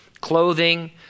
Clothing